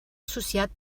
associat